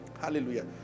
Hallelujah